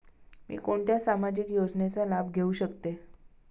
मी कोणत्या सामाजिक योजनेचा लाभ घेऊ शकते?